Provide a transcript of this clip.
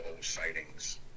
sightings